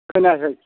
खोनायाखै